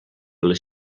les